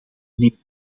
nemen